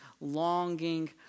longing